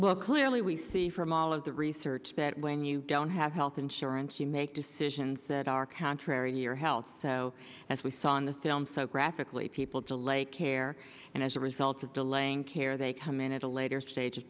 well clearly we see from all of the research that when you don't have health insurance you make decisions that are contrary to your health so as we saw in the film so graphically people to lay care and as a result of delaying care they come in at a later stage